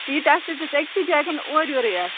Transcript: seat آسہِ حظ اَسہِ أکۍسٕے جایہِ کِن اورٕ یورٕے اَسہِ